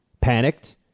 panicked